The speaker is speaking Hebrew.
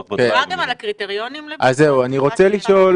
אני רוצה לשאול,